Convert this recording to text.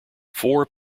four